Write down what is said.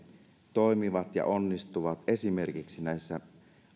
toimivat ja onnistuvat esimerkiksi näissä